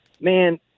man